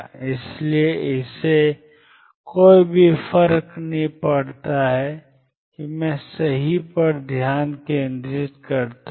इसलिए इससे कोई फर्क नहीं पड़ता कि मैं सही पर ध्यान केंद्रित करता हूं